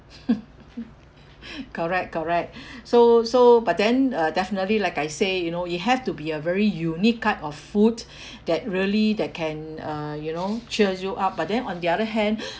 correct correct so so but then uh definitely like I say you know it have to be a very unique kind of food that really that can uh you know cheers you up but then on the other hand